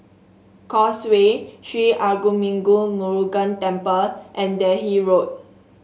Causeway Sri Arulmigu Murugan Temple and Delhi Road